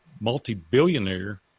multi-billionaire